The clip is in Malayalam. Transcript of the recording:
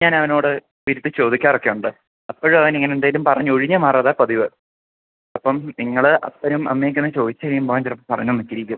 ഞാൻ അവനോട് ഇരുത്തി ചോദിക്കാറൊക്കെയുണ്ട് അപ്പോഴും അവൻ ഇങ്ങനെയെന്തെങ്കിലും പറഞ്ഞൊഴിഞ്ഞ് മാറാറാണ് പതിവ് അപ്പം നിങ്ങൾ അപ്പനും അമ്മയുമൊക്കെയാണെങ്കിൽ ചോദിച്ച് കഴിയുമ്പോഴവൻ അവൻ ചിലപ്പം പറഞ്ഞെന്നൊക്കെ ഇരിക്കും